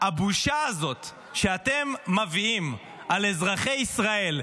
הבושה הזאת שאתם מביאים על אזרחי ישראל,